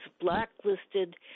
blacklisted